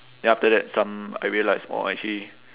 then after that some I realised !wah! actually